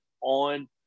on